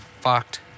fucked